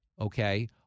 okay